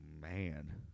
man